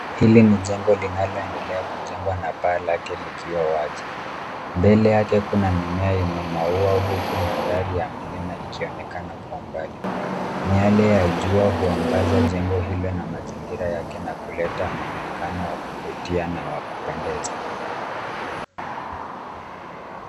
Hili ni jengo linaloendelea kujengwa na paa lake likiwa wazi. Mbele yake kuna mimea yenye maua huku mandhari ya milima ikionekana kuwa mbali. Miyale ya jua huangaza jengo hilo na mazingira yake na kuleta mwonekano wa kuvutia na wa kupendeza.